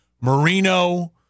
Marino